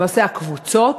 למעשה הקבוצות,